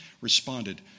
responded